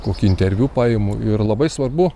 kokį interviu paimu ir labai svarbu